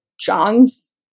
John's